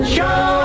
Show